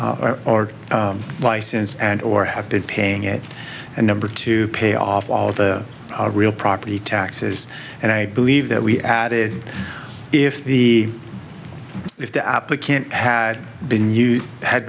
or license and or have been paying it and number two pay off all the real property taxes and i believe that we added if the if the applicant had been you had